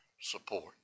support